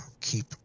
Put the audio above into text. keep